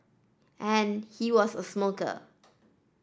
and he was a smoker